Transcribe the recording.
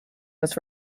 was